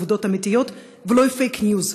עובדות אמיתיות ולא פייק ניוז,